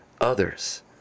others